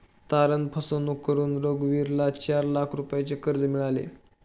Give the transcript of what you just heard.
तारण फसवणूक करून रघुवीरला चार लाख रुपयांचे कर्ज मिळाले